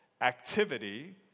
activity